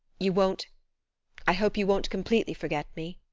you won't i hope you won't completely forget me.